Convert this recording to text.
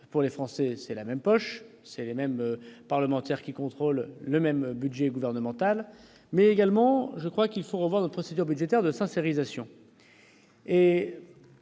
pour les Français, c'est la même poche c'est les mêmes parlementaires qui contrôle le même budget gouvernemental mais également je crois qu'il faut revoir notre c'est-à-dire budgétaire de sa série station